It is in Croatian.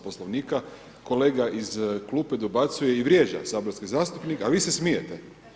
Poslovnika, kolega iz klupe dobacuje i vrijeđa saborske zastupnike a vi se smijete.